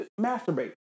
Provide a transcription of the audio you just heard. masturbate